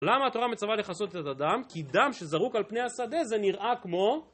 למה התורה מצווה לכסות את הדם? כי דם שזרוק על פני השדה זה נראה כמו...